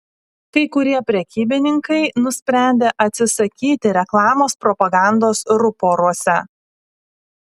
kai kurie prekybininkai nusprendė atsisakyti reklamos propagandos ruporuose